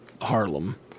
Harlem